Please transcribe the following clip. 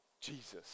Jesus